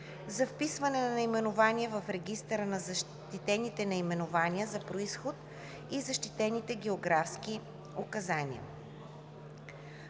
за вписване на наименование в регистъра на защитените наименования за произход и защитените географски указания